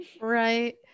right